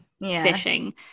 fishing